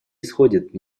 исходит